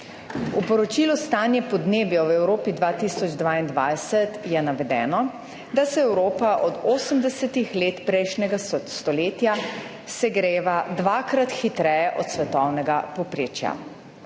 V poročilu Stanje podnebja v Evropi 2022 je navedeno, da se Evropa od 80. let prejšnjega stoletja segreva dvakrat hitreje od svetovnega povprečja.